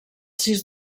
sis